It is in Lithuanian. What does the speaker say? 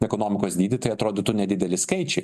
ekonomikos dydį tai atrodytų nedideli skaičiai